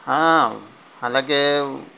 ہاں حالانکہ